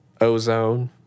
ozone